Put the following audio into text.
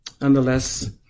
Nonetheless